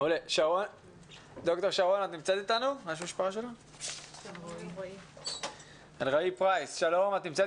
ד"ר שרון אלרעי פרייס, את נמצאת